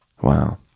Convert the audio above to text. wow